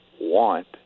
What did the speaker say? want